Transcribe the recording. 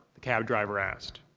the cab driver asked.